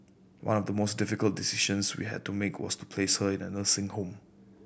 one of the most difficult decisions we had to make was to place her in a nursing home